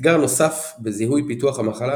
אתגר נוסף בזיהוי פיתוח המחלה